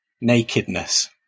nakedness